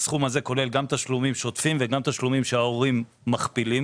הסכום הזה כולל גם תשלומים שוטפים וגם תשלומים שההורים מכפילים,